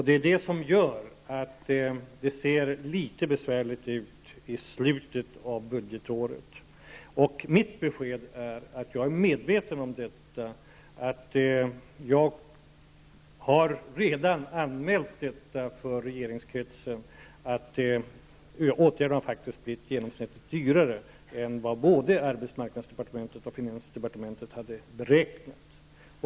Det är det som gör att det ser litet besvärligt ut i slutet av budgetåret. Mitt besked är att jag är medveten om detta. Jag har redan anmält för regeringskretsen att åtgärderna genomsnittligt har blivit dyrare än vad både arbetsmarknadsdepartementet och finansdepartementet har beräknat.